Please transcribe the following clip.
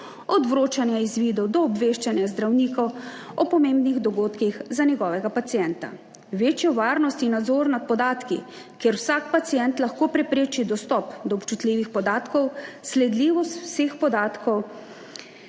od vročanja izvidov do obveščanja zdravnikov o pomembnih dogodkih za njegovega pacienta, večjo varnost in nadzor nad podatki, kjer vsak pacient lahko prepreči dostop do občutljivih podatkov, sledljivost vseh podatkov,